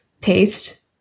taste